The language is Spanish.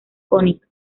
cónica